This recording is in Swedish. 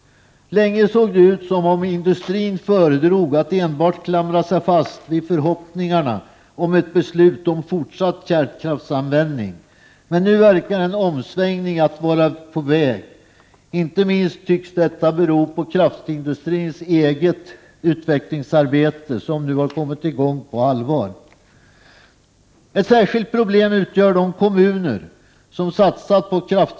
Länge såg det ut som om industrin föredrog att enbart klamra sig fast vid förhoppningarna om ett beslut om fortsatt kärnkraftsanvändning, men nu verkar en omsvängning att vara på väg. Inte minst tycks detta bero på att kraftindustrins eget utvecklingsarbete nu har kommit i gång på allvar. Ett särskilt problem utgör de kommuner som satsat på kraftvärmeverk Prot.